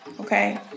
Okay